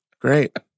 Great